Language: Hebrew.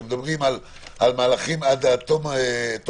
אתם מדברים על מהלכים עד תום הליכים,